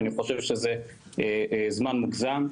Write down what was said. אני חושב שזה זמן מוגזם,